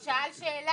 הוא שאל שאלה.